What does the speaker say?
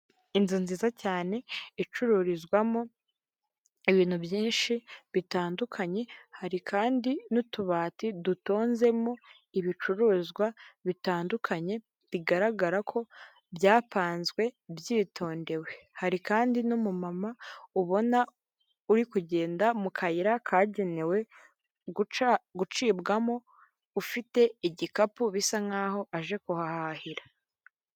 Inzu nziza cyane icururizwamo ibintu byinshi bitandukanye hari kandi n'utubati dutonzemo ibicuruzwa bitandukanye bigaragara ko byapanzwe byitondewe, hari kandi n'umumama ubona uri kugenda mu kayira kagenewe gucibwamo ufite igikapu bisa nka'aho aje kuhahahira.